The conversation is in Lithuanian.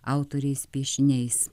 autorės piešiniais